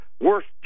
worst